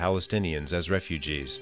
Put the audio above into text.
palestinians as refugees